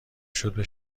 شد، به